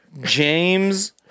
James